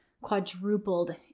quadrupled